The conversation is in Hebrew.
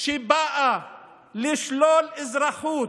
שבאה לשלול אזרחות